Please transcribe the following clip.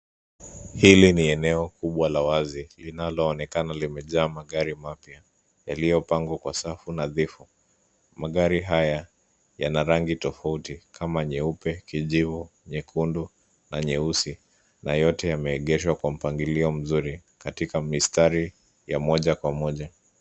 Hili ni eneo kubwa la wazi, linaloonekana limejaa magari mapya, yaliyopangwa kwa safu nadhifu. Magari haya, yana rangi tofauti, kama nyeupe, kijivu, nyekundu na nyeusi, na yote yameegeshwa kwa mpangilio mzuri katika mistari ya moja kwa moja.